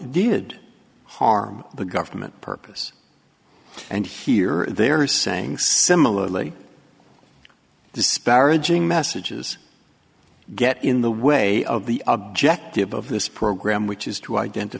did harm the government purpose and here they are saying similarly disparaging messages get in the way of the objective of this program which